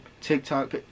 TikTok